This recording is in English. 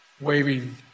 waving